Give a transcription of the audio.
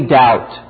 doubt